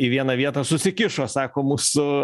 į vieną vietą susikišo sako mūsų